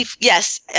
yes